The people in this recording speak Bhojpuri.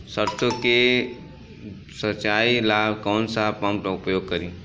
सरसो के सिंचाई ला कौन सा पंप उपयोग करी?